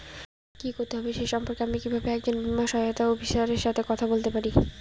কী করতে হবে সে সম্পর্কে আমি কীভাবে একজন বীমা সহায়তা অফিসারের সাথে কথা বলতে পারি?